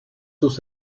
sus